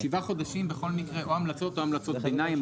שבעה חודשים בכל מקרה או המלצות או המלצות ביניים,